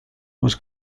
was